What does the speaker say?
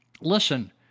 listen